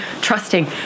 trusting